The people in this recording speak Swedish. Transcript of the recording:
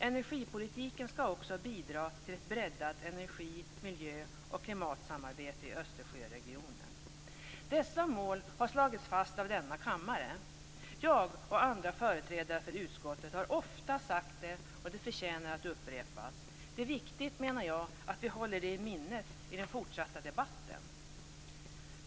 Energipolitiken skall också bidra till ett breddat energi-, miljö och klimatsamarbete i Dessa mål har slagits fast av denna kammare. Jag och andra företrädare för utskottet har ofta sagt detta, och det förtjänar att upprepas. Det är viktigt, menar jag, att vi håller det i minnet i den fortsatta debatten.